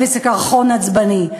וזה קרחון עצבני.